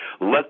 let